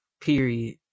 Period